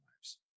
lives